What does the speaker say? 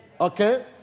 Okay